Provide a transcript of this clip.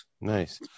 Nice